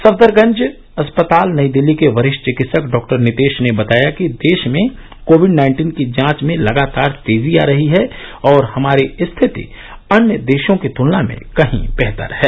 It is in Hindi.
सफदरजंग अस्पताल नई दिल्ली के वरिष्ठ चिकित्सक डा नितेश ने बताया कि देश में कोविड नाइन्टीन की जांच में लगातार तेजी आ रही है और हमारी स्थिति अन्य देशों की तुलना में कहीं बेहतर है